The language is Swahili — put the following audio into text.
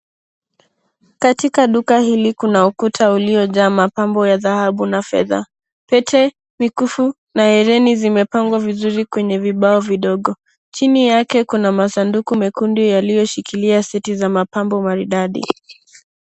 Katika duka hili kuna ukuta ulio jaa mapambo ya dhahabu na fedha. Pete mikufu na herini zimepangwa vizuri kwenye vibao vidogo. Chini yake kuna masanduku mekundu yaliyoshikilia seti za mapambo maridadi.